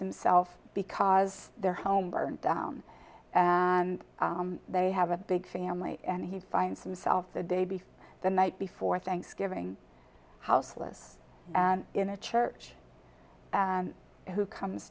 himself because their home burnt down and they have a big family and he finds himself the day before the night before thanksgiving houseless and in a church who comes